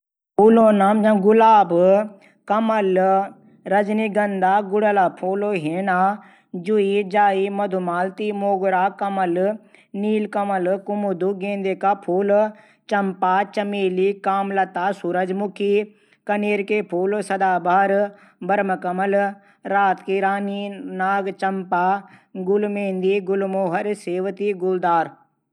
गिली danda, cricket, football, kabaddi, kho kho, पैंतालीस, बैडमिंटन,